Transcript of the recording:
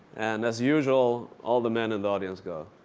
and as usual, all the men in the audience go.